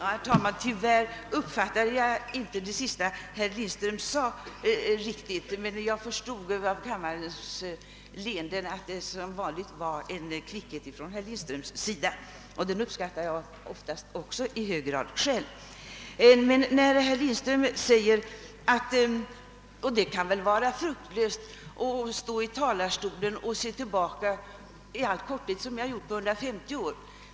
Herr talman! Tyvärr uppfattade jag inte riktigt det sista som herr Lindström sade, men av kammarledamöternas leenden förstod jag att det som vanligt var en kvickhet från herr Lindström, och dem uppskattar jag oftast också själv. Herr Lindström sade att det är fruktlöst att stå här i talarstolen och skåda 150 år tillbaka i tiden — som jag gjorde i all korthet.